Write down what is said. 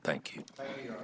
thank you